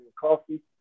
Coffee